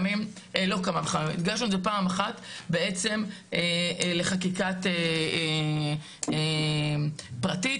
אחת לחקיקה פרטית.